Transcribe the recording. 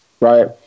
right